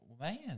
Man